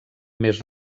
més